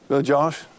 Josh